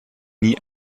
nie